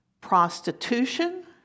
prostitution